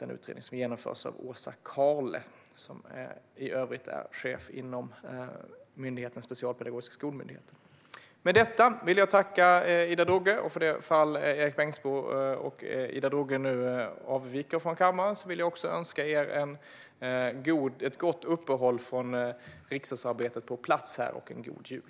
Den utredningen genomförs av Åsa Karle som också är chef inom Specialpedagogiska skolmyndigheten. Med detta vill jag tacka Ida Drougge för debatten, och för det fall Erik Bengtzboe och Ida Drougge nu avviker från kammaren vill jag också önska er ett gott uppehåll från riksdagsarbetet på plats här och en god jul!